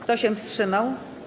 Kto się wstrzymał?